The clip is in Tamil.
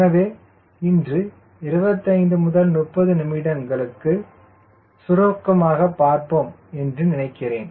எனவே இன்று 25 30 நிமிடங்கள் சுருக்கமாக பார்ப்போம் என்று நினைக்கிறேன்